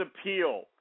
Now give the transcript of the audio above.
appeal